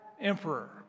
emperor